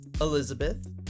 Elizabeth